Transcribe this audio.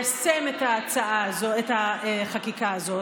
זה כל כך פשוט ליישם את החקיקה הזאת,